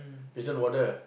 prison warden